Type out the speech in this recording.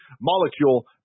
molecule